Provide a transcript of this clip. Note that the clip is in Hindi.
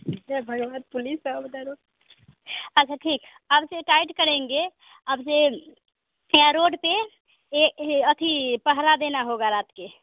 इतने बड़े बड़े पुलिस सब दरो अच्छा ठीक अब से टाइट करेंगे अब से यहाँ रोड पर यह है अभी पहरा देना होगा रात में